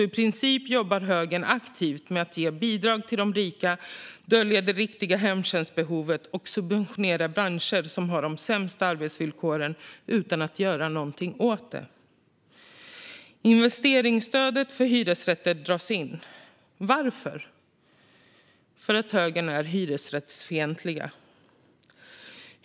I princip jobbar alltså högern aktivt med att ge bidrag till de rika, dölja det riktiga hemtjänstbehovet och subventionera branscher som har de sämsta arbetsvillkoren utan att göra något åt det. Investeringsstödet för hyresrätter dras in. Varför? Jo, för att högern är hyresrättsfientlig.